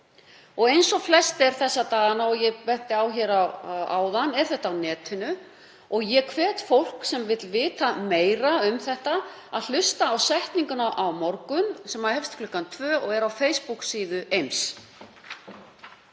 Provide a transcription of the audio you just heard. Eins og flest er þessa dagana, og ég benti á hér áðan, er þetta á netinu og ég hvet fólk sem vill vita meira um þetta að hlusta á setninguna á morgun sem hefst klukkan tvö og er á Facebook-síðu Eims.